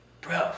bro